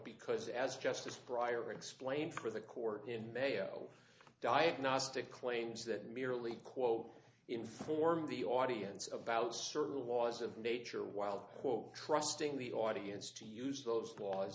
because as justice prior explained for the court in mayo diagnostic claims that merely quote inform the audience about certain laws of nature while quote trusting the audience to use those laws